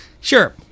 Sure